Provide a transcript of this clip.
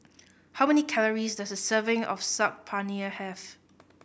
how many calories does a serving of Saag Paneer have